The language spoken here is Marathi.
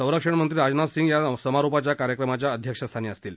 संरक्षण मंत्री राजनाथ सिंग या समारोपाच्या कार्यक्रमाच्या अध्यक्षस्थानी असतील